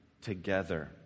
together